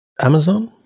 Amazon